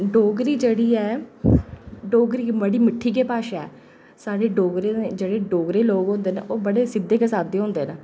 डोगरी जेह्ड़ी ऐ डोगरी इक बड़ी मिट्ठी गै भाशा ऐ साढ़े डोगरे जेह्ड़े डोगरे लोक होंदे न ओह् बड़े सिद्धे ते साद्दे होंदे न